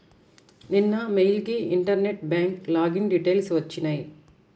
నిన్న మెయిల్ కి internet bank login details వచ్చినియ్యి